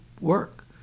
work